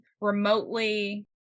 remotely